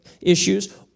issues